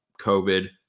COVID